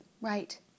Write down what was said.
Right